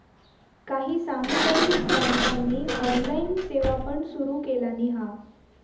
काही सामुदायिक बँकांनी ऑनलाइन सेवा पण सुरू केलानी हा